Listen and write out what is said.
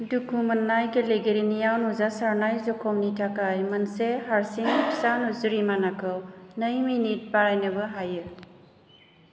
दुखु मोन्नाय गेलेगिरिनियाव नुजारसानाय जखमनि थाखाय मोनसे हारसिं फिसा जुरिमानाखौ नै मिनिट बारायनोबो हायो